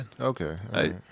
Okay